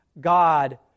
God